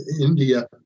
India